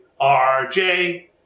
RJ